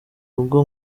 rugo